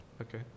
Okay